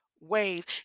ways